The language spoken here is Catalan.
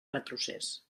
retrocés